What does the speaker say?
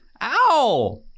Ow